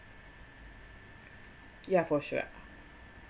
yeah for sure